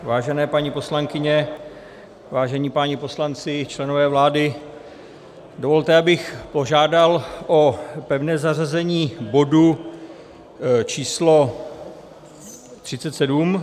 Vážené paní poslankyně, vážení páni poslanci, členové vlády, dovolte, abych požádal o pevné zařazení bodu číslo 37.